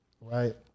right